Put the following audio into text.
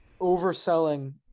overselling